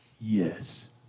Yes